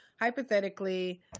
hypothetically